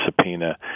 subpoena